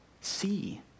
see